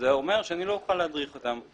וזה אומר שאני לא אוכל להדריך אותם.